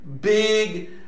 big